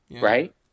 right